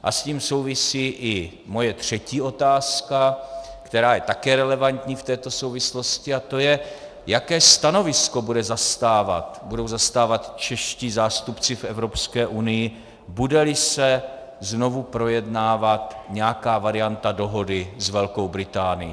A s tím souvisí i moje třetí otázka, která je také relevantní v této souvislosti, a to je, jaké stanovisko budou zastávat čeští zástupci v Evropské unii, budeli se znovu projednávat nějaká varianta dohody s Velkou Británií.